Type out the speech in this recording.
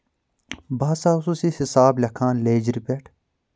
بہٕ ہسا اوسُس یہِ حِساب لیکھان یہِ لیجرِ پؠٹھ